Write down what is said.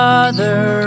Father